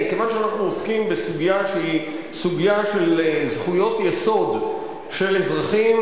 כיוון שאנחנו עוסקים בסוגיה שהיא סוגיה של זכויות יסוד של אזרחים,